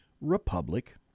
republic